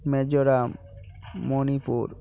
Mizoram Manipur